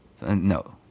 No